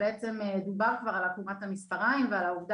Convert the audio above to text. כשבעצם דיברת כבר על עקומת המספריים ועל העבודה